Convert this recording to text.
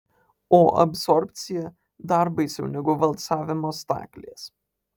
o absorbcija dar baisiau negu valcavimo staklės